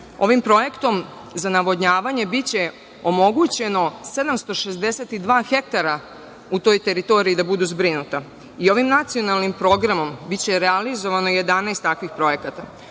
projektom za navodnjavanje biće omogućeno da 762 hektara u toj teritoriji budu zbrinuta. Ovim nacionalnim programom biće realizovano 11 takvih projekata.